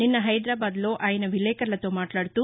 నిన్న హైదరాబాద్లో ఆయన విలేకర్లతో మాట్లాడుతూ